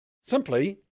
simply